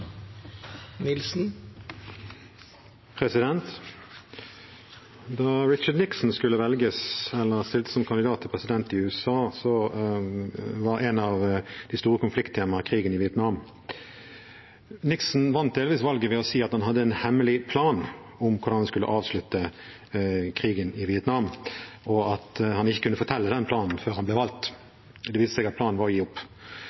i USA, var et av de store konflikttemaene krigen i Vietnam. Nixon vant valget delvis ved å si at han hadde en hemmelig plan for hvordan han skulle avslutte krigen i Vietnam, og at han ikke kunne fortelle om den planen før han ble valgt. Det viste seg at planen var å gi opp.